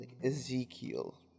Ezekiel